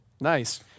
nice